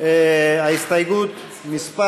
הסתייגות מס'